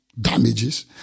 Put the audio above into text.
damages